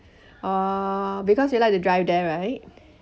oh because you like to drive there right